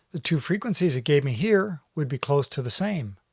the two frequencies it gave me here would be close to the same.